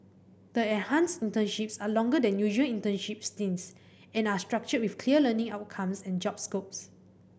the enhanced internships are longer than usual internship stints and are structured with clear learning outcomes and job scopes